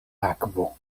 akvo